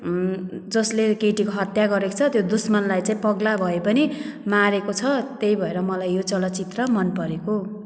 जसले केटीको हत्या गरेको छ त्यो दुस्मनलाई चाहिँ पगला भए पनि मारेको त्यही भएर मलाई यो चलचित्र मनपरेको